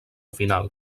final